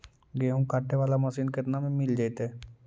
गेहूं काटे बाला मशीन केतना में मिल जइतै?